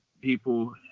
people